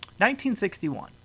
1961